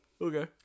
Okay